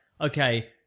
okay